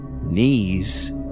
knees